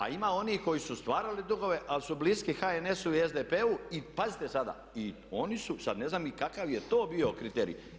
A ima onih koji su stvarali dugove ali su bliski HNS-u i SDP-u i pazite sada i oni su, sad ne znam ni kakav je to bio kriterij.